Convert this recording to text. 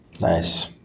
Nice